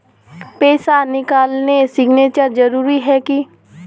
पैसा निकालने सिग्नेचर जरुरी है की?